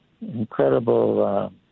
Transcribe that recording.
incredible